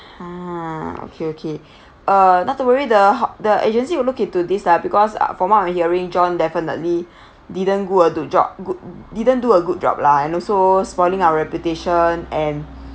!huh! okay okay uh not to worry the ho~ the agency will look into this lah because uh from what I hearing john definitely didn't do a good job good didn't do a good job lah and also spoiling our reputation and